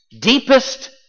deepest